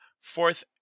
fourth